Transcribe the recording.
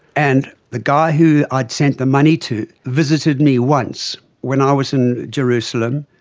and the guy who i had sent the money to visited me once when i was in jerusalem,